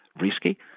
risky